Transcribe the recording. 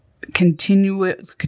continuous